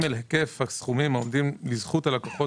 היקף הסכומים העומדים לזכות הלקוחות